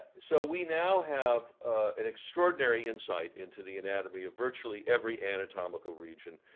so we now have an extraordinary insight into the anatomy of virtually every anatomical region.